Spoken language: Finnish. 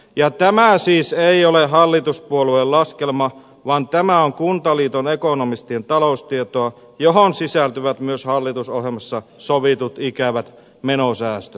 ja tämä siis ei ole hallituspuolueen laskelma vaan tämä on kuntaliiton ekonomistien taloustietoa johon sisältyvät myös hallitusohjelmassa sovitut ikävät menosäästöt